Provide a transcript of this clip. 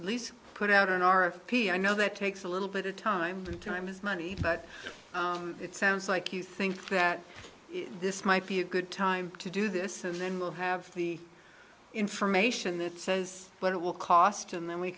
at least put out an r f p i know that takes a little bit of time and time is money but it sounds like you think that this might be a good time to do this and then we'll have the information that says but it will cost and then we